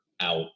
out